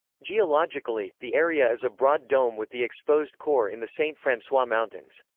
geologically, the area is a broad dome with the exposed core in the st. francois mountains.